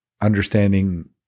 understanding